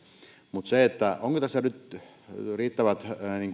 mutta onko tässä nyt riittävät